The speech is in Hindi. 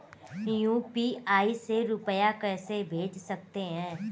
यू.पी.आई से रुपया कैसे भेज सकते हैं?